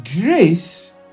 grace